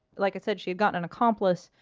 like i said. she'd gotten an accomplice